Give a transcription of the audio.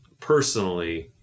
personally